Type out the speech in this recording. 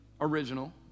original